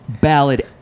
ballad